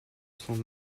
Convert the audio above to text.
seront